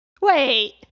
Wait